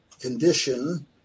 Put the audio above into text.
condition